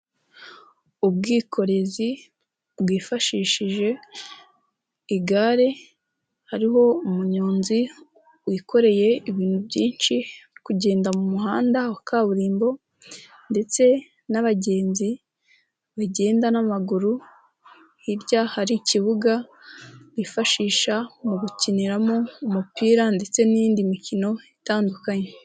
Ubwikorezi bwifashishije igare, hariho umunyonzi wikoreye ibintu byinshi ari kugenda mu muhanda wa kaburimbo ndetse n'abagenzi bagenda n'amaguru, hirya hari ikibuga bifashisha mu gukiniramo umupira ndetse n'indi mikino itandukanye.